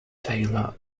tailor